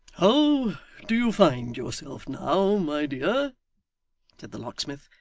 how do you find yourself now, my dear said the locksmith,